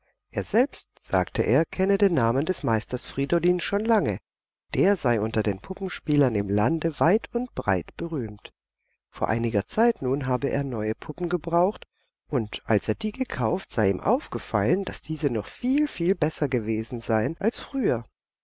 er selbst sagte er kenne den namen des meisters friedolin schon lange der sei unter den puppenspielern im lande weit und breit berühmt vor einiger zeit nun habe er neue puppen gebraucht und als er die gekauft sei ihm aufgefallen daß diese noch viel viel besser gewesen seien als früher